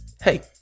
hey